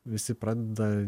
visi pradeda